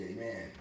Amen